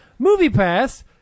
MoviePass